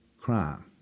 crime